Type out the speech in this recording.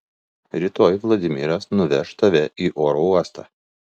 rytoj vladimiras nuveš tave į oro uostą